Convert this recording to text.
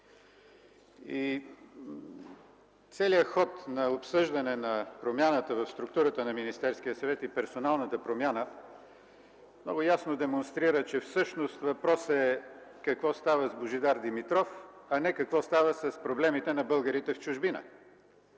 Целият ход на обсъждане на промяната в структурата на Министерския съвет и персоналната промяна много ясно демонстрира, че всъщност въпросът е какво става с Божидар Димитров, а не какво става с проблемите на българите в чужбина.